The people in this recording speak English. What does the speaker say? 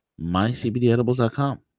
MyCBDEdibles.com